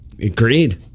Agreed